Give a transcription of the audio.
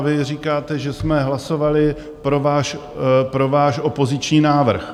Vy říkáte, že jsme hlasovali pro váš opoziční návrh.